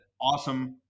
awesome